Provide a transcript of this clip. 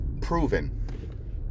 proven